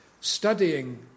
studying